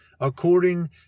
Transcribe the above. according